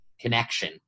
connection